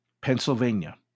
Pennsylvania